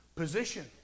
Position